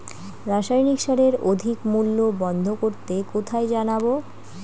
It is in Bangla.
রাসায়নিক সারের অধিক মূল্য বন্ধ করতে কোথায় জানাবো?